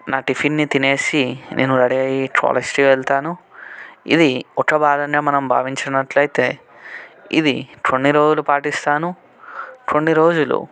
నా టిఫిన్ని తినేసి నేను రెడీ అయ్యి కాలేజ్కి వెళతాను ఇది ఒక వారంగా మనం భావించినట్లైతే ఇది కొన్ని రోజులు పాటిస్తాను కొన్ని రోజులు